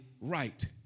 right